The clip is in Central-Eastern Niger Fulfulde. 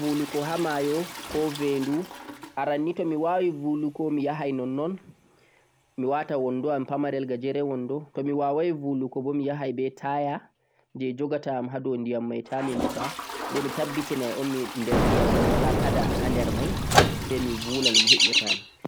Tomi yahan vuluko ha mayo koh vendu, aran nii tomi wawi vulugo miyahai nonnon mi wata wondo am pamarel tomi wawai vulugo bo miyahan be taya je jogata'am hado ndiyam mai tami muta bo mitabbitinai nder ndiyam mai wala kada sai mi vula no e'ata'am.